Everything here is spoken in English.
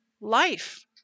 life